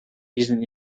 diesen